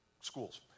schools